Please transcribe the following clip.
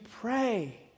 pray